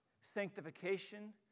sanctification